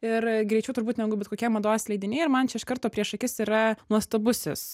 ir greičiau turbūt negu bet kokie mados leidiniai ir man čia iš karto prieš akis yra nuostabusis